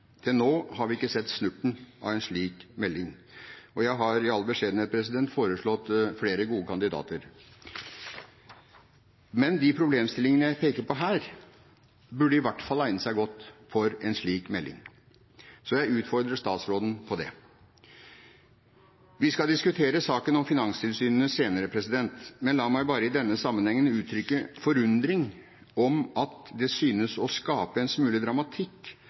Til nå har vi ikke sett snurten av en slik melding, og jeg har i all beskjedenhet foreslått flere gode kandidater. Men de problemstillingene jeg peker på her, burde i hvert fall egnet seg godt for en slik melding, så jeg utfordrer statsråden på det. Vi skal diskutere saken om finanstilsynene senere, men la meg bare i denne sammenhengen uttrykke forundring over at det synes å skape en smule dramatikk